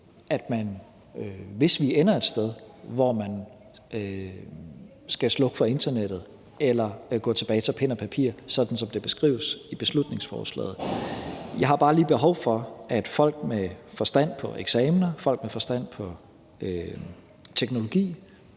det, hvis vi ender et sted, hvor man skal slukke for internettet eller gå tilbage til pen og papir, sådan som det beskrives i beslutningsforslaget. Jeg har bare lige behov for, at folk med forstand på eksamener, folk med forstand på teknologi